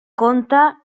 compte